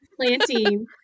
planting